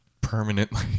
permanently